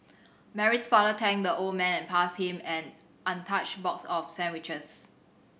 Mary's father thanked the old man and passed him an untouched box of sandwiches